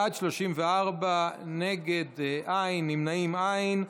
בעד, 34, נגד, אין, נמנעים, אין.